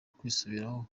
kwisubiraho